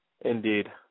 Indeed